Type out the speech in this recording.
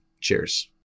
Cheers